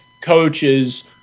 coaches